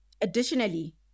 Additionally